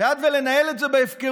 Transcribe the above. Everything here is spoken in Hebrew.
ועד לנהל את זה בהפקרות